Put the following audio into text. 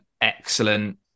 excellent